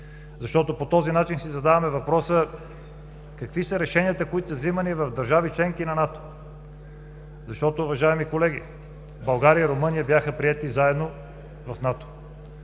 защото по този начин си задаваме въпроса: какви са решенията, които са взимани в държави-членки на НАТО? Уважаеми колеги, България и Румъния бяха приети заедно в НАТО.